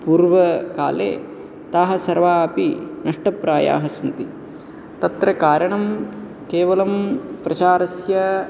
पूर्वकाले ताः सर्वा अपि नष्टप्रायाः सन्ति तत्र कारणं केवलं प्रचारस्य